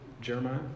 Jeremiah